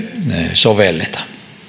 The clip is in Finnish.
sovelleta